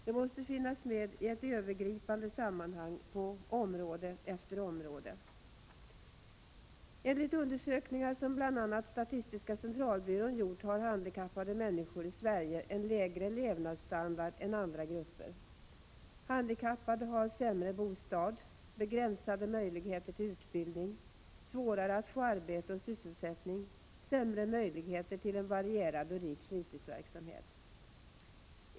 De måste finnas med i ett Enligt undersökningar som bl.a. statistiska centralbyrån gjort har handikappade människor i Sverige en lägre levnadsstandard än andra grupper. Handikappade har sämre bostad, begränsade möjligheter till utbildning, svårare att få arbete och sysselsättning, sämre möjligheter till en varierad och rik fritidsverksamhet.